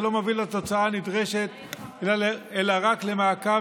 שלא מביא לתוצאה הנדרשת אלא רק למעקב